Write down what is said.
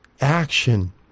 action